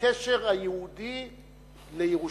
בקשר היהודי לירושלים.